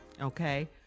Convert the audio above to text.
okay